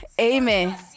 Amen